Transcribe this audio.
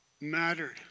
mattered